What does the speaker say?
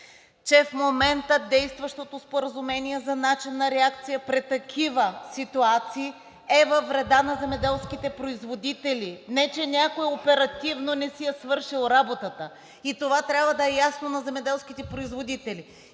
че в момента действащото споразумение за начина на реакция при такива ситуации е във вреда на земеделските производители, а не че някой оперативно не си е свършил работата, и това трябва да е ясно на земеделските производители.